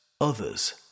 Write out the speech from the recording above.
Others